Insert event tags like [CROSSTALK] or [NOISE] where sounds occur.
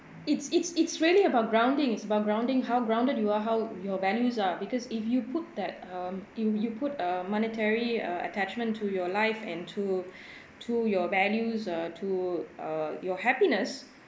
it's it's it's really about grounding its about grounding how grounded you are how your values are because if you put that um if you put uh monetary uh attachment to your life and to [BREATH] to your values uh to uh your happiness